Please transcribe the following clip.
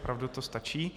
Opravdu to stačí.